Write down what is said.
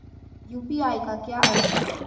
UPI का क्या अर्थ है?